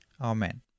Amen